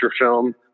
film